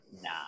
nah